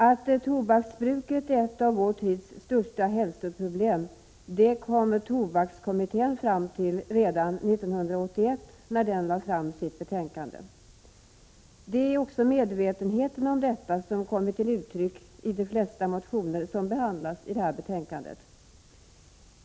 Att tobaksbruket är ett av vår tids största hälsoproblem kom tobakskommittén fram till redan 1981, när den lade fram sitt betänkande. Medvetenheten om detta har också kommit till uttryck i de flesta motioner som nu har behandlats.